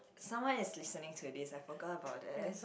someone is listening to this I forgot about that